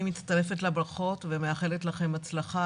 גם אני כמובן מצטרפת לברכות ומאחלת לכם הצלחה.